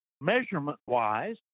measurement-wise